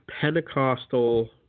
Pentecostal